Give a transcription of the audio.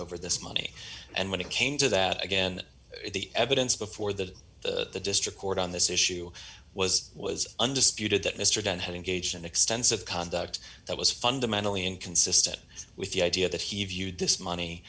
over this money and when it came to that again the evidence before that the district court on this issue was was undisputed that mr dunn had engaged in extensive conduct that was fundamentally inconsistent with the idea that he viewed this money